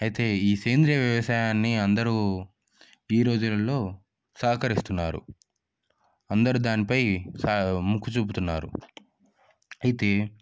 అయితే ఈ సేంద్రీయ వ్యవసాయాన్ని అందరూ ఈ రోజులల్లో సహకరిస్తున్నారు అందరూ దానిపై చా మొగ్గు చూపుతున్నారు అయితే